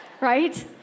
right